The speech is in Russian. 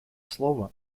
слово